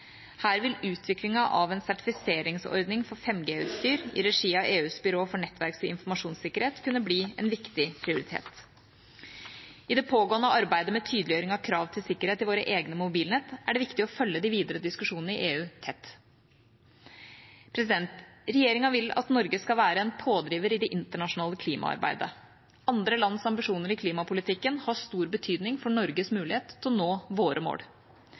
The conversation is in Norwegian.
Her vil utviklingen av en sertifiseringsordning for 5G-utstyr i regi av EUs byrå for nettverks- og informasjonssikkerhet kunne bli en viktig prioritet. I det pågående arbeidet med tydeliggjøring av krav til sikkerhet i våre egne mobilnett er det viktig å følge de videre diskusjonene i EU tett. Regjeringa vil at Norge skal være en pådriver i det internasjonale klimaarbeidet. Andre lands ambisjoner i klimapolitikken har stor betydning for Norges mulighet til å nå våre mål.